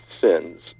sins